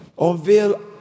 Unveil